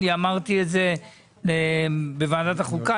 אני אמרתי את זה בוועדת החוקה,